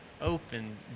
open